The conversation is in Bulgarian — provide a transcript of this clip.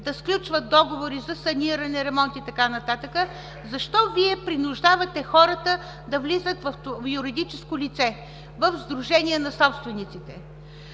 да сключват договори за саниране, ремонт и така нататък, защо Вие принуждавате хората да влизат в юридическо лице – в сдружение на собствениците?